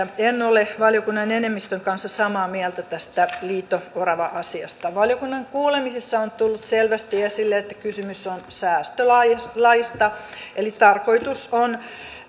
en ole valiokunnan enemmistön kanssa samaa mieltä tästä liito orava asiasta valiokunnan kuulemisissa on tullut selvästi esille että kysymys on säästölaista eli tarkoitus on